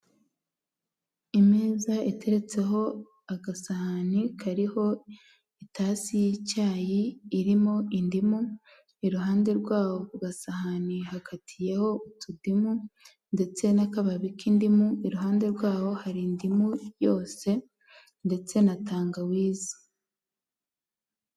Imeza iteretseho agasahani kariho itasi y'icyayi irimo indimu iruhande rw'agasahani hakatiyeho utudimu ndetse n'akababi k'indimu iruhande rwabo hari indimu yose ndetse na tangawizi.